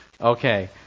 Okay